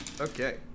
Okay